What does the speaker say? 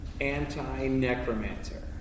anti-necromancer